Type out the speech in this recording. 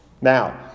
Now